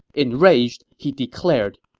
enraged, he declared,